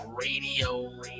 radio